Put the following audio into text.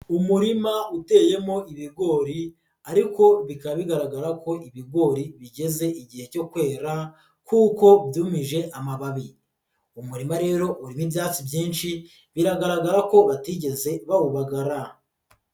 Umurima uteyemo ibigori ariko bikaba bigaragara ko ibigori bigeze igihe cyo kwera kuko byumije amababi, umurima rero urimo ibyatsi byinshi biragaragara ko batigeze bawubagara.